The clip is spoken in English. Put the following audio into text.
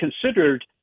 considered